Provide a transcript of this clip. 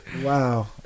Wow